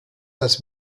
das